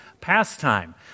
pastime